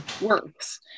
works